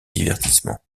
divertissement